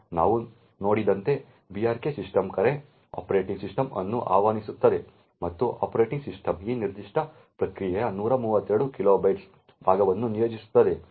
ನಾವು ನೋಡಿದಂತೆ brk system ಕರೆ ಆಪರೇಟಿಂಗ್ ಸಿಸ್ಟಮ್ ಅನ್ನು ಆಹ್ವಾನಿಸುತ್ತದೆ ಮತ್ತು ಆಪರೇಟಿಂಗ್ ಸಿಸ್ಟಮ್ ಈ ನಿರ್ದಿಷ್ಟ ಪ್ರಕ್ರಿಯೆಗೆ 132 ಕಿಲೋಬೈಟ್ಗಳ ಭಾಗವನ್ನು ನಿಯೋಜಿಸುತ್ತದೆ